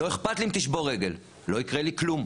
לא אכפת לי אם תשבור רגל, לא יקרה לי כלום.